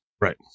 Right